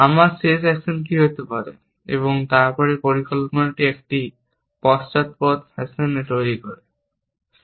আমার শেষ অ্যাকশন কী হতে পারে এবং তারপরে পরিকল্পনাটি একটি পশ্চাদপদ ফ্যাশনে তৈরি করুন